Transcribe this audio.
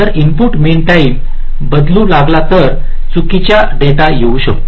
जर input mean time बदलू लागला तर चुकीचा डेटा येऊ शकतो